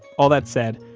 all that said,